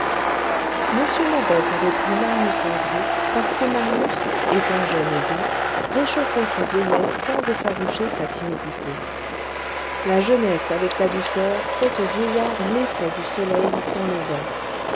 m mabeuf avait pris marius en gré parce que marius étant jeune et doux réchauffait sa vieillesse sans effaroucher sa timidité la jeunesse avec la douceur fait aux vieillards l'effet du soleil sans le vent